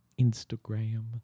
instagram